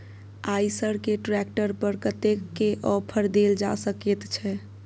आयसर के ट्रैक्टर पर कतेक के ऑफर देल जा सकेत छै?